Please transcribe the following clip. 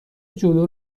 جلو